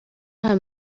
nta